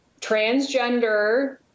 transgender